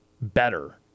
better